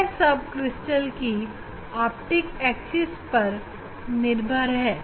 यह सब क्रिस्टल की ऑप्टिक एक्सिस पर निर्भर है